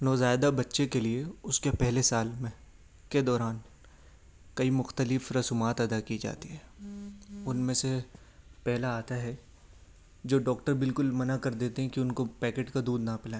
نوزائیدہ بچے کے لئے اس کے پہلے سال میں کے دوران کئی مختلف رسومات ادا کی جاتی ہے ان میں سے پہلا آتا ہے جو ڈاکٹر بالکل منع کر دیتے ہیں کہ ان کو پیکیٹ کا دودھ نہ پلائیں